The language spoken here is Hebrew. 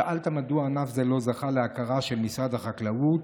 שאלת מדוע ענף זה לא זכה להכרה של משרד החקלאות